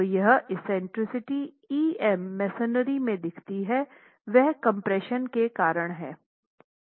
तो यह eccentricity em masonry में दिखती है वह कम्प्रेशन के कारण है